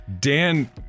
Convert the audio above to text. Dan